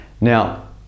Now